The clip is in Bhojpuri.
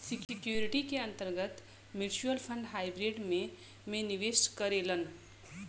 सिक्योरिटीज के अंतर्गत म्यूच्यूअल फण्ड हाइब्रिड में में निवेश करेलन